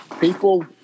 People